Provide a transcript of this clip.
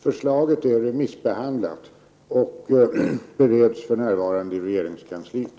Förslaget är remissbehandlat och bereds för närvarande i regeringskansliet.